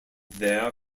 there